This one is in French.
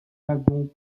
lagons